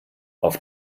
auf